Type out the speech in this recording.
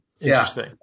interesting